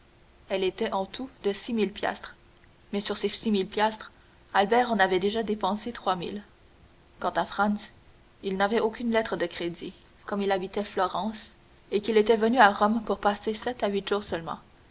elle était en tout de six mille piastres mais sur ces six mille piastres albert en avait déjà dépensé trois mille quant à franz il n'avait aucune lettre de crédit comme il habitait florence et qu'il était venu à rome pour passer sept à huit jours seulement